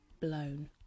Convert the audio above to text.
blown